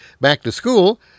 back-to-school